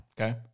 Okay